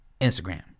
Instagram